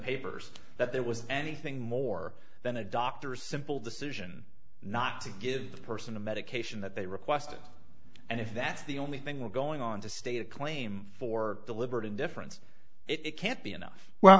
papers that there was anything more than a doctor's simple decision not to give the person the medication that they requested and if that's the only thing we're going on to state a claim for deliberate indifference it can't be enough well